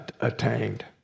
attained